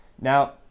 Now